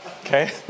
okay